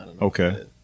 Okay